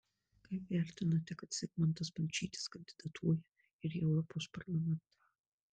kaip vertinate kad zigmantas balčytis kandidatuoja ir į europos parlamentą